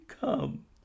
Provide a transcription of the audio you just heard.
come